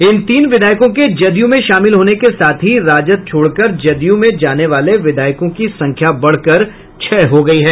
इन तीन विधायकों के जदयू में शामिल होने के साथ ही राजद छोड़ कर जदयू में जाने वाले विधायकों की संख्या बढ़कर छह हो गयी है